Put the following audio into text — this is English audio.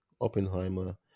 Oppenheimer